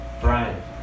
Brian